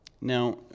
now